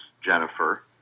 Jennifer